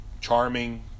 charming